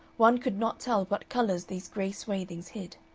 one could not tell what colors these gray swathings hid.